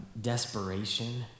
desperation